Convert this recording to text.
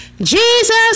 Jesus